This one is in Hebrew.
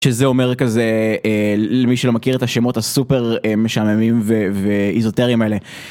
שזה אומר כזה למי שלא מכיר את השמות הסופר משעממים ואיזוטריים האלה.